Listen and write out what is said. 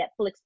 Netflix